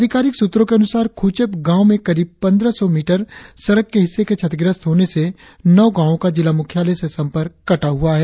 अधिकारिक सूत्रों के अनुसार खुचेप गांव में करीब पंद्रह सौ मीटर सड़क के हिस्से के क्षतिग्रस्त होने से नौ गांवो का जिला मुख्यालय से संपर्क कटा हुआ है